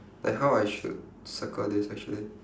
like how I should circle this actually